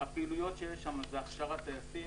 הפעילויות שיש שם הן הכשרת טייסים,